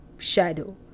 shadow